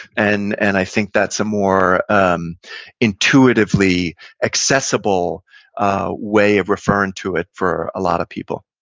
and and i think that's a more um intuitively accessible ah way of referring to it for a lot of people.